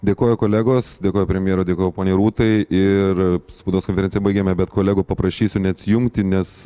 dėkoju kolegos dėkoju premjerui dėkoju poniai rūtai ir spaudos konferenciją baigėme bet kolegų paprašysiu neatsijungti nes